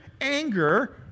anger